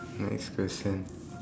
next question